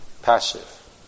Passive